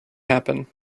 happen